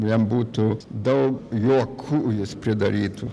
jam būtų daug juokų jis pridarytų